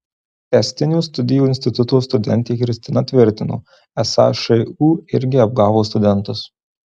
tęstinių studijų instituto studentė kristina tvirtino esą šu irgi apgavo studentus